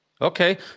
Okay